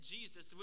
Jesus